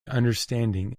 understanding